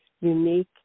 unique